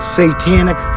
satanic